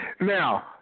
now